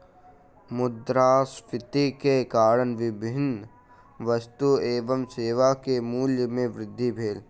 मुद्रास्फीति के कारण विभिन्न वस्तु एवं सेवा के मूल्य में वृद्धि भेल